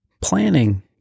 Planning